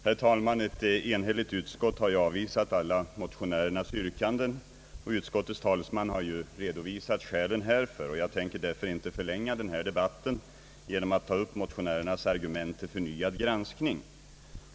Herr talman! Ett enhälligt utskott har avvisat alla motionärernas yrkanden. Utskottets talesman har redovisat skälen härför, och jag tänker därför inte förlänga den här debatten genom att ta upp motionärernas argument till förnyad granskning.